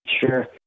Sure